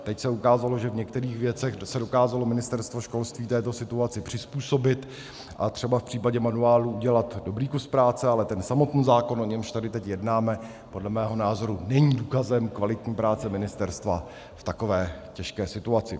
Teď se ukázalo, že v některých věcech se dokázalo Ministerstvo školství této situaci přizpůsobit a třeba v případě manuálů udělat dobrý kus práce, ale ten samotný zákon, o němž tady teď jednáme, podle mého názoru není důkazem kvalitní práce ministerstva v takové těžké situaci.